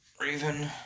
Raven